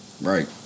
Right